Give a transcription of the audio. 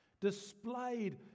displayed